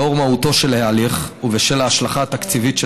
לאור מהותו של ההליך ובשל ההשלכה התקציבית של